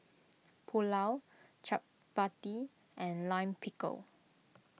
Pulao Chapati and Lime Pickle